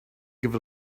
give